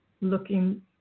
Looking